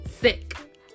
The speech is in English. sick